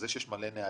זה שיש מלא נהלים,